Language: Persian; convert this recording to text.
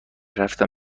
رفتن